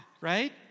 Right